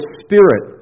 spirit